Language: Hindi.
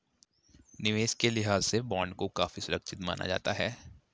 निवेश के लिहाज से बॉन्ड को काफी सुरक्षित माना जाता है